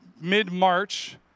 mid-March